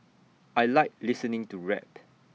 I Like listening to rap